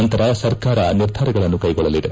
ನಂತರ ಸರ್ಕಾರ ನಿರ್ಧಾರಗಳನ್ನು ಕೈಗೊಳ್ಳಲಿದೆ